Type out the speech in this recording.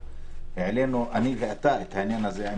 אתה ואני העלינו את העניין הזה עם